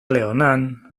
leonan